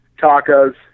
tacos